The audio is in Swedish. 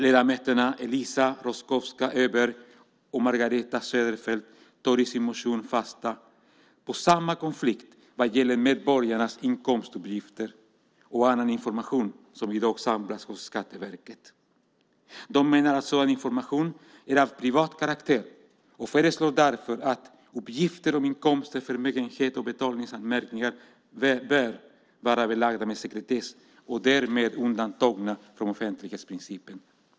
Ledamöterna Eliza Roszkowska Öberg och Margareta Cederfelt tar i sin motion fasta på samma konflikt vad gäller medborgarnas inkomstuppgifter och annan information som i dag samlas hos Skatteverket. Motionärerna menar att sådan information är av privat karaktär och säger därför att "uppgifter om inkomster, förmögenhet och betalningsanmärkningar bör vara belagda med sekretess och därmed undantagna från offentlighetsprincipen".